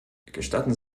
gestatten